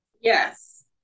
Yes